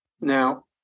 Now